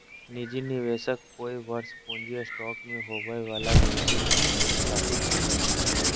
निजी निवेशक कोय वर्ष पूँजी स्टॉक में होबो वला वृद्धि रूप में परिभाषित करो हइ